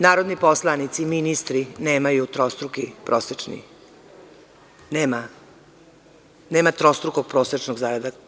Narodni poslanici i ministri nemaju trostruki prosečni, nema trostrukih prosečnih zarada.